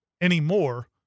anymore